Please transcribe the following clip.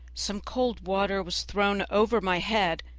some cold water was thrown over my head,